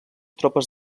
tropes